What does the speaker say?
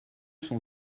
sont